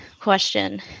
question